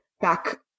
back